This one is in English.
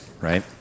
right